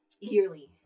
Yearly